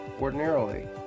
ordinarily